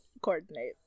coordinate